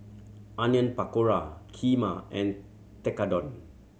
Onion Pakora Kheema and Tekkadon